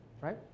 Right